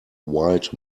wild